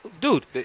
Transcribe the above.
Dude